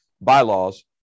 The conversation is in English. bylaws